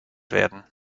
werden